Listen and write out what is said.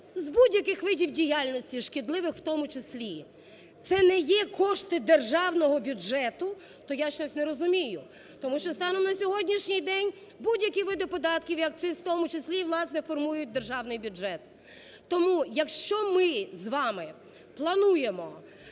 з будь-яких видів діяльності, шкідливих в тому числі, це не є кошти державного бюджету, то я зараз не розумію. Тому що станом на сьогоднішній день будь-які види податків і акциз в тому числі, власне, формують державний бюджет. Тому, якщо ми з вами плануємо